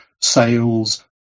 sales